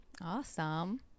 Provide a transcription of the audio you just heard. Awesome